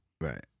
Right